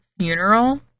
funeral